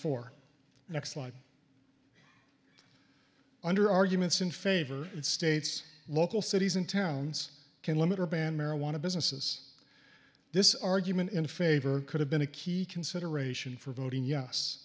for next line under arguments in favor it states local cities and towns can limit or ban marijuana businesses this argument in favor could have been a key consideration for voting yes